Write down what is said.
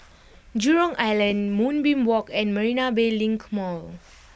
Jurong Island Moonbeam Walk and Marina Bay Link Mall